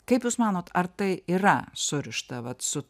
kaip jūs manot ar tai yra surišta vat su